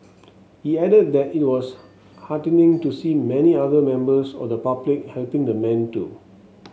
he added that it was heartening to see many other members of the public helping the man too